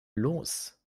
los